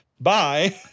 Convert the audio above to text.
bye